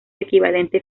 equivalente